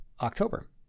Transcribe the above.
October